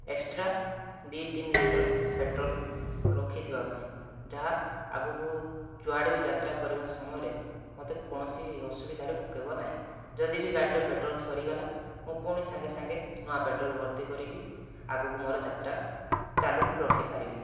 extra ଦୁଇ ତିନି litre petrol ରଖିଥିବାପାଇଁ ଯାହା ଆଗକୁ ଯୁଆଡ଼େ ବି ଯାତ୍ରା କରିବା ସମୟରେ ମୋତେ କୌଣସି ଅସୁବିଧାରେ ପକାଇବ ନାହିଁ ଯଦି ବି ଗାଡ଼ିର ପେଟ୍ରୋଲ ସରିଗଲା ମୁଁ ପୁଣି ସାଙ୍ଗେ ସାଙ୍ଗେ ନୂଆ ପେଟ୍ରୋଲ ଭର୍ତ୍ତି କରିକି ଆଗକୁ ମୋର ଯାତ୍ରା ଚାଲୁ ରଖିପାରିବି